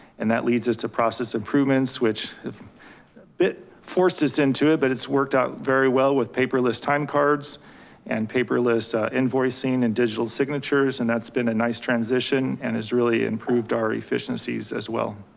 and that leads us to process improvements, which forced us into it, but it's worked out very well with paperless time cards and paperless invoicing and digital signatures. and that's been a nice transition and has really improved our efficiencies as well.